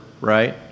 right